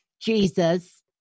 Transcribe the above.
Jesus